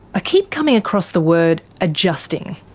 i keep coming across the word adjusting.